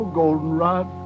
goldenrod